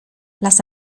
las